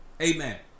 Amen